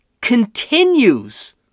continues